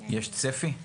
יש צפי?